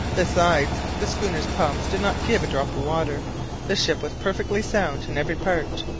besides, the schooner's pumps did not give a drop of water the ship was perfectly sound in every part,